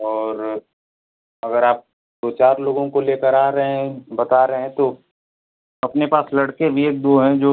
और अगर आप दो चार लोगों को लेकर आ रहे हैं बता रहे हैं तो अपने पास लड़के वी एक दो हैं जो